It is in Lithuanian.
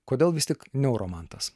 kodėl vis tik neuromantas